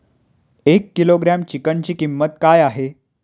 एक किलोग्रॅम चिकनची किंमत काय आहे?